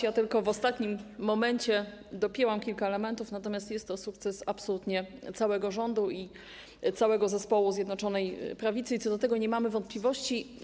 Ja tylko w ostatnim momencie dopięłam kilka elementów, natomiast jest to sukces absolutnie całego rządu i całego zespołu Zjednoczonej Prawicy, i co do tego nie mamy wątpliwości.